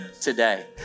today